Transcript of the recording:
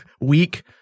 Weak